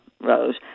rose